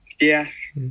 yes